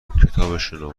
کتابشونو